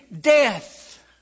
death